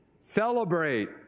Celebrate